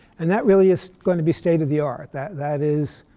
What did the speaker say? and that really is going to be state of the art. that that is